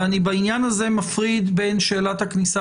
אני בעניין הזה מפריד בין שאלת הכניסה